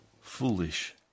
foolish